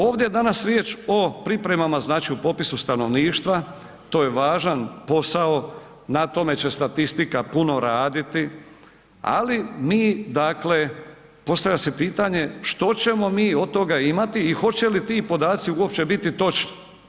Ovdje je danas riječ o pripremama, znači o popisu stanovništva, to je važan posao, na tome će statistika puno raditi, ali mi dakle, postavlja se pitanje, što ćemo mi od toga imati i hoće li ti podaci uopće biti točni?